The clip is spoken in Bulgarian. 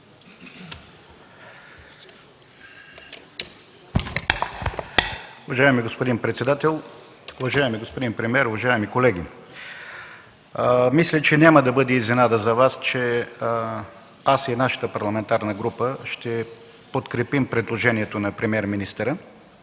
Уважаеми господин председател, уважаеми господин премиер, уважаеми колеги! Мисля, че няма да бъде изненада за Вас, че аз и нашата парламентарна група ще подкрепим предложението на премиер-министъра.